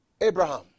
Abraham